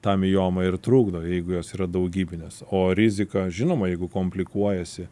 ta mioma ir trukdo jeigu jos yra daugybinės o rizika žinoma jeigu komplikuojasi